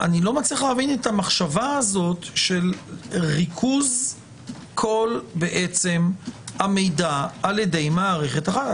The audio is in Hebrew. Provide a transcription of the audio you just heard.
אני לא מבין את המחשבה של ריכוז כל המידע על-ידי מערכת אחת.